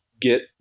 get